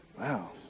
Wow